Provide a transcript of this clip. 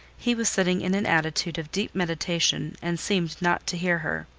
he was sitting in an attitude of deep meditation, and seemed not to hear her.